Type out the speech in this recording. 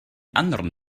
anderen